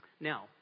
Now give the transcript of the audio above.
Now